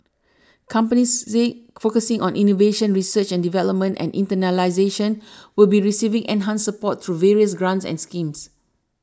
companies Z focusing on innovation research and development and internationalisation will be receiving enhanced support through various grants and schemes